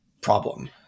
problem